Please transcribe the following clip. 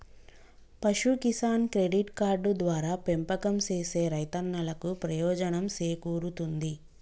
పశు Kisan credit card ద్వారా పెంపకం సేసే రైతన్నలకు ప్రయోజనం సేకూరుతుంది